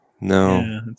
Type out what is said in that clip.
no